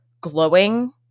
glowing